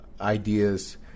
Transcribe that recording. ideas